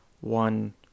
one